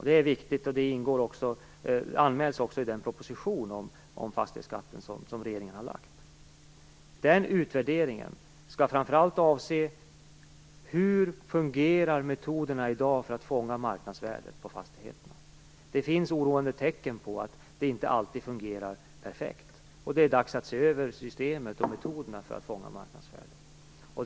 Den är viktig, och den anmäls också i den proposition om fastighetsskatten som regeringen har lagt fram. Den utvärderingen skall avse framför allt hur metoderna för att fånga marknadsvärdet på fastigheterna fungerar i dag. Det finns oroande tecken på att det inte alltid fungerar perfekt. Och det är dags att se över systemet och metoderna för att fånga marknadsvärdet.